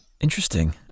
Interesting